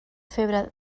febre